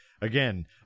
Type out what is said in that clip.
Again